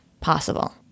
possible